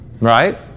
Right